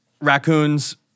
raccoons